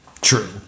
True